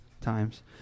times